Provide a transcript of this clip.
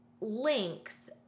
Length